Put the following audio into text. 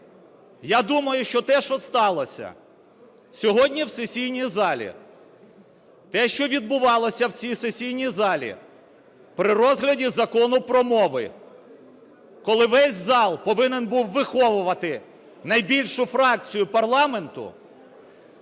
Я думаю, що те, що сталося сьогодні в сесійній залі, те, що відбувалося в цій сесійній залі про розгляді Закону про мови, коли весь зал повинен був виховувати найбільшу фракцію парламенту,